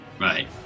Right